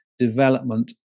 development